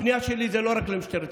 הפנייה שלי היא לא רק למשטרת ישראל,